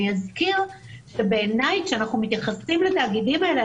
אני אזכיר שבעיניי כשאנחנו מתייחסים לתאגידים האלה,